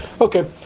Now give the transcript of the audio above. Okay